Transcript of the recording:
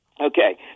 Okay